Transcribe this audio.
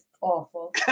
awful